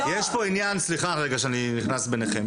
סליחה רגע שאני נכנס ביניכם,